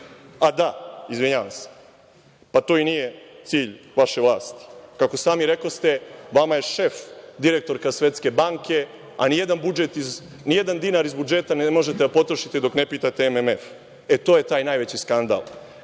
A, da, izvinjavam se, pa, to i nije cilj vaše vlasti. Kako sami rekoste, vama je šef direktorka Svetske banke, a nijedan dinar iz budžeta ne možete da potrošite dok ne pitate MMF. E, to je taj najveći skandal,